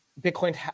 Bitcoin